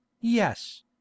Yes